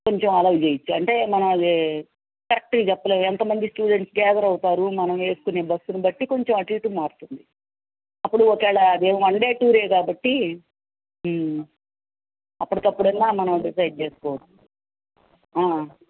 కొంచెం ఎలోవ్ చెయ్యవచ్చు అంటే మనం అది కరెక్ట్గా చెప్పలేము ఎంతమంది స్టూడెంట్స్ గ్యాదర్ అవుతారు మనం వేసుకునే బస్సును బట్టి కొంచెం అటూ ఇటూ మారుతుంది అప్పుడు ఒకవేళ అది వన్ డే టూరే కాబట్టి అప్పటికప్పుడు అయినా మనం డిసైడ్ చేసుకోవచ్చు